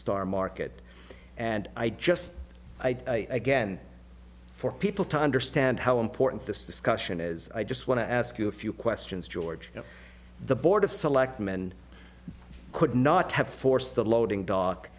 star market and i just i again for people to understand how important this discussion is i just want to ask you a few questions george the board of selectmen could not have forced the loading do